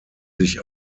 sich